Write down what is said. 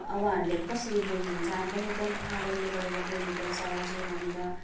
अब उहाँहरूले अब कसरी बोल्नुहुन्छ हामी पनि एकदम आदरले गरेर बोल्नुपर्छ हजुर भनेर